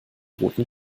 roten